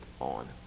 on